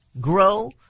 grow